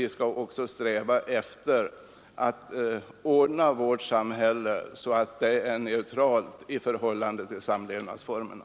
Vi skall också sträva efter att ordna vårt samhälle så att det är neutralt i förhållande till samlevnadsformerna.